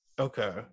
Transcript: Okay